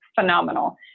phenomenal